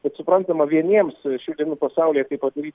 bet suprantama vieniems šių dienų pasaulyje tai padaryt